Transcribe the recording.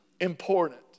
important